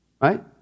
Right